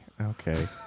Okay